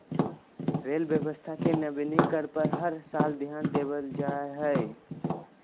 rail व्यवस्था के नवीनीकरण पर हर साल ध्यान देवल जा हइ